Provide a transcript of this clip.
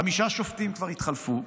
חמישה שופטים כבר התחלפו,